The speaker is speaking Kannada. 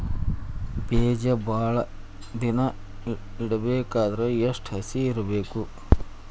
ಬೇಜ ಭಾಳ ದಿನ ಇಡಬೇಕಾದರ ಎಷ್ಟು ಹಸಿ ಇರಬೇಕು?